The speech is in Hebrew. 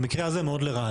במקרה הזה מאוד לרעה.